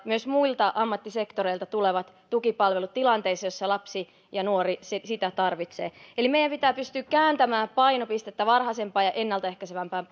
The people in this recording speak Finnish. myös muilta ammattisektoreilta tulevat tukipalvelut tilanteissa joissa lapsi ja nuori sitä tarvitsee meidän pitää pystyä kääntämään painopistettä varhaisempaan ja ennalta ehkäisevämpään